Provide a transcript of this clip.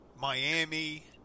Miami